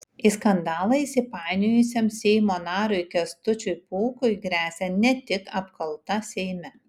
į skandalą įsipainiojusiam seimo nariui kęstučiui pūkui gresia ne tik apkalta seime